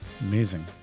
amazing